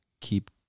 keep